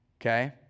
okay